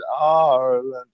Ireland